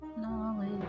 Knowledge